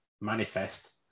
manifest